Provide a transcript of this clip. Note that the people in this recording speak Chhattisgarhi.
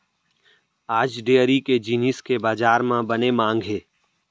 आज डेयरी के जिनिस के बजार म बने मांग हे